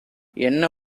என்ன